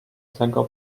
tego